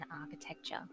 architecture